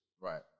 Right